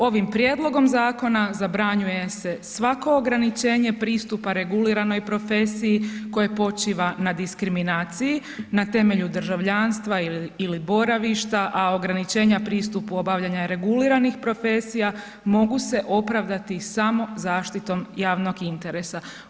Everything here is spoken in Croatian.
Ovim prijedlogom zakona zabranjuje se svako ograničenje pristupa reguliranoj profesiji koje počiva na diskriminaciji na temelju državljanstva ili boravišta, a ograničenja pristupu obavljanja reguliranih profesija mogu se opravdati samo zaštitom javnog interesa.